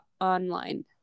online